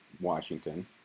Washington